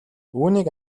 үүнийг